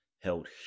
held